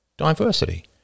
Diversity